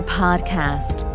podcast